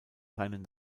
seinen